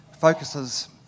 focuses